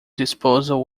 disposal